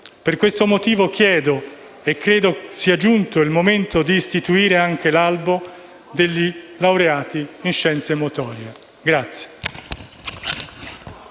Per questo motivo chiedo, e credo che sia giunto il momento, di istituire anche l'albo dei laureati in scienze motorie.